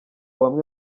bamwe